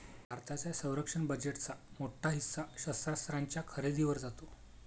भारताच्या संरक्षण बजेटचा मोठा हिस्सा शस्त्रास्त्रांच्या खरेदीवर जातो